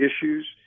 issues